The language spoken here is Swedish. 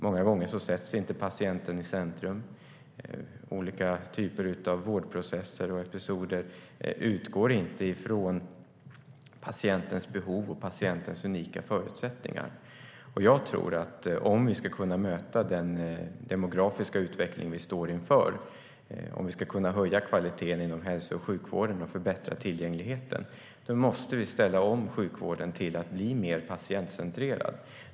Många gånger sätts inte patienten i centrum. Olika typer av vårdprocesser och episoder utgår inte från patientens behov och unika förutsättningar. Om vi ska kunna möta den demografiska utveckling vi står inför, höja kvaliteten inom hälso och sjukvården och förbättra tillgängligheten tror jag att vi måste ställa om sjukvården till att bli mer patientcentrerad.